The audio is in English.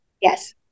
Yes